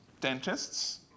dentists